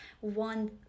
one